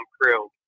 crew